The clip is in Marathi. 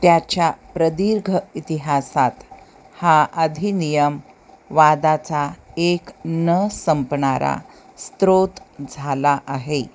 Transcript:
त्याच्या प्रदीर्घ इतिहासात हा अधिनियम वादाचा एक न संपणारा स्रोत झाला आहे